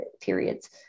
periods